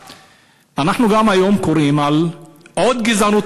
אנחנו גם היום קוראים על עוד גזענות,